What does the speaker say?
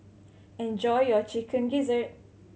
enjoy your Chicken Gizzard